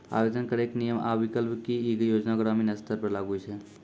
आवेदन करैक नियम आ विकल्प? की ई योजना ग्रामीण स्तर पर लागू छै?